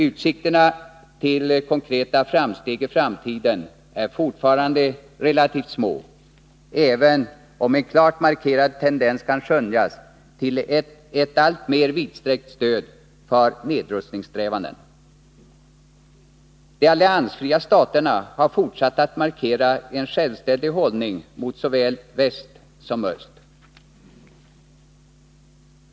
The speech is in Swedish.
Utsikterna till konkreta framsteg i framtiden är emellertid fortfarande relativt små, även om en klart markerad tendens till ett alltmer vidsträckt stöd för nedrustningssträvanden kan skönjas. De alliansfria staterna har fortsatt att markera en självständig hållning mot såväl väst som öst.